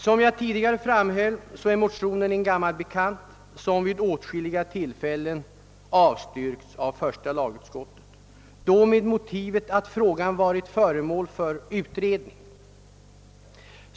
Som jag tidigare framhöll är motionen en gammal bekant, som vid åtskilliga tillfällen avstyrkts av första lagutskottet med motivet att frågan var föremål för utredning.